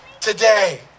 today